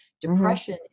depression